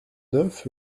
neuf